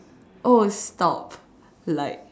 oh stop like